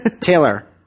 Taylor